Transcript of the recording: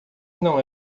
não